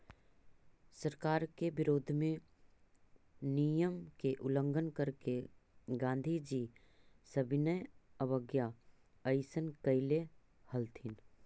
सरकार के विरोध में नियम के उल्लंघन करके गांधीजी सविनय अवज्ञा अइसही कैले हलथिन